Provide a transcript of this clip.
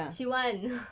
she want